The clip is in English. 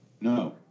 No